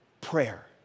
prayer